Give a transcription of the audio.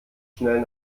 schnell